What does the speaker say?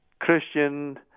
Christian